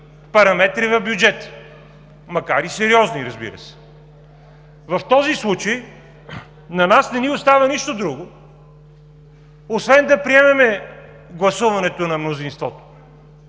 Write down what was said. параметри на бюджета, макар и сериозни, разбира се. В този случай на нас не ни остава нищо друго, освен да приемем гласуването на мнозинството,